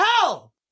hell